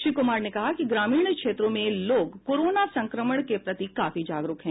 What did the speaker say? श्री कुमार ने कहा कि ग्रामीण क्षेत्रों में लोग कोरोना संक्रमण को प्रति काफी जागरूक हैं